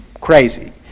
crazy